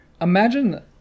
imagine